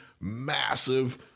massive